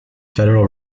federal